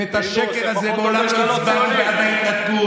והשקר הזה, מעולם לא הצבענו בעד ההתנתקות.